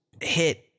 hit